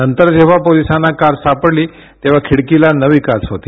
नंतर जेवहा पोलीसांना कार सापडली तेव्हा खिडकीला नवी काच होती